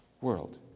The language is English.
world